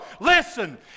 Listen